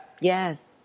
yes